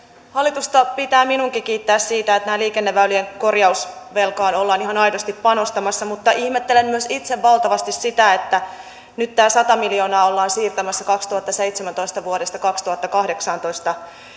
hallitusta pitää minunkin kiittää siitä että tähän liikenneväylien korjausvelkaan ollaan ihan aidosti panostamassa mutta ihmettelen myös itse valtavasti sitä että nyt tämä sata miljoonaa ollaan siirtämässä vuodesta kaksituhattaseitsemäntoista vuoteen kaksituhattakahdeksantoista